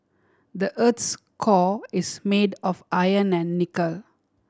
the earth's core is made of iron and nickel